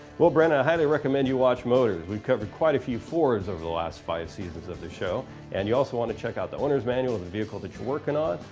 well brandon i highly recommend you watch motorz we've covered quite a few fords over the last five seasons of the show and you also want to check out the owners manual of the vehicle that you're working on.